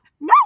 No